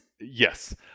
Yes